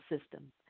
system